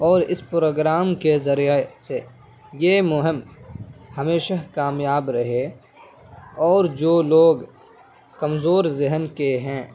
اور اس پروگرام کے ذریعہ سے یہ مہم ہمیشہ کامیاب رہے اور جو لوگ کمزور ذہن کے ہیں